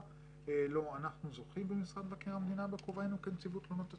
לו אנחנו זוכים במשרד מבקר המדינה בכובעינו כנציבות תלונות הציבור,